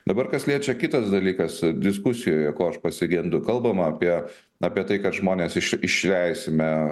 dabar kas liečia kitas dalykas diskusijoje ko aš pasigendu kalbama apie apie tai kad žmones iš išleisime